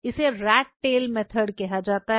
इसे rat tail तरीका कहा जाता है